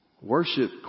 Worship